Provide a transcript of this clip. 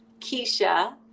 Keisha